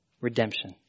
redemption